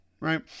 right